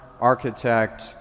architect